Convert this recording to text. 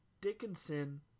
dickinson